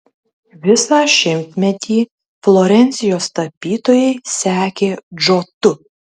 visą šimtmetį florencijos tapytojai sekė džotu